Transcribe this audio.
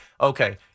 okay